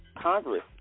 Congress